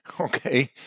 Okay